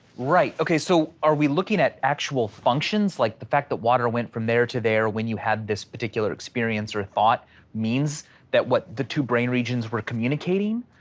right, okay, so are we looking at actual functions, like the fact that water went from there to there when you had this particular experience, or thought means that what the two brain regions were communicating,